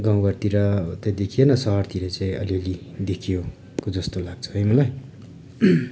गाउँ घरतिर देखिएन सहरहरूतिर चाहिँ अलिअलि देखिएको जस्तो लाग्छ है मलाई